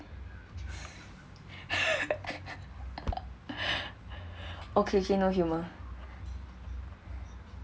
okay okay no humour